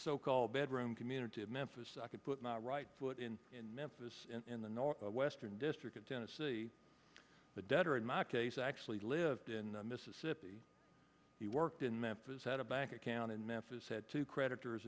so called bedroom community of memphis i could put not right foot in memphis in the north western district of tennessee but dead or in my case actually lived in mississippi he worked in memphis had a bank account in memphis had two creditors